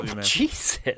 Jesus